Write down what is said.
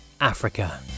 africa